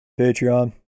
Patreon